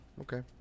Okay